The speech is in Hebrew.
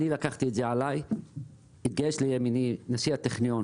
אני לקחתי את זה עליי והתגייס לימיני נשיא הטכניון